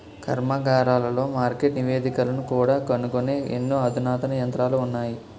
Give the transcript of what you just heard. కర్మాగారాలలో మార్కెట్ నివేదికలను కూడా కనుగొనే ఎన్నో అధునాతన యంత్రాలు ఉన్నాయి